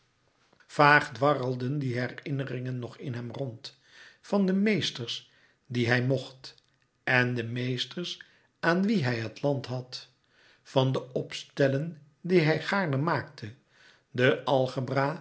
vaag dwarrelden die herinneringen nog in hem rond van de meesters die hij mocht en de meesters aan wie hij het land had van de opstellen die hij gaarne maakte de